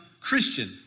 Christian